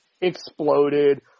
exploded